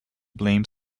blame